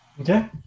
Okay